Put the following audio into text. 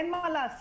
אין מה לעשות.